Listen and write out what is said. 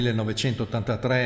1983